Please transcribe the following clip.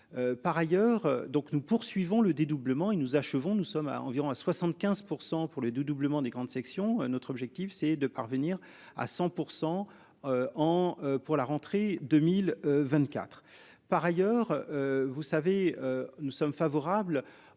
Par ailleurs, donc nous poursuivons le dédoublement il nous achevons nous sommes à environ à 75% pour les 2 doublement des grandes sections, notre objectif c'est de parvenir à 100%. Ans pour la rentrée 2024. Par ailleurs. Vous savez, nous sommes favorables